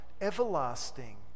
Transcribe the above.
everlasting